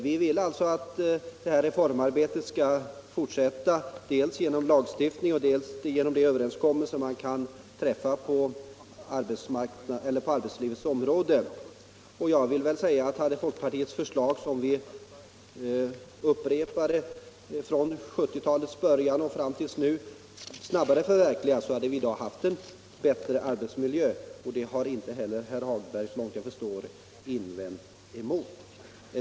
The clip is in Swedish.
Vi vill alltså att reformarbetet skall fortsätta dels genom lagstiftning, dels genom de överenskommelser man kan träffa på arbetslivets område. Om folkpartiets förslag, som vi upprepat från 1970-talets början och fram till nu, snabbare hade förverkligats, skulle vi i dag ha haft en bättre arbetsmiljö. Det har såvitt jag förstår inte heller herr Hagberg i Borlänge förnekat.